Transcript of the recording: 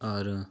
और